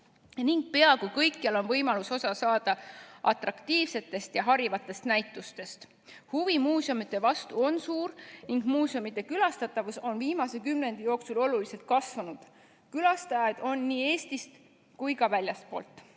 ning peaaegu kõikjal on võimalus osa saada atraktiivsetest ja harivatest näitustest. Huvi muuseumide vastu on suur ning muuseumide külastatavus on viimase kümnendi jooksul oluliselt kasvanud. Külastajaid on nii Eestist kui ka väljastpoolt.